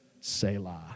Selah